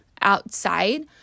outside